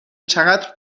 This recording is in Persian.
چقدر